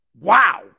Wow